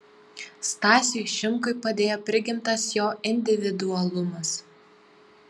stasiui šimkui padėjo prigimtas jo individualumas